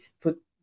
put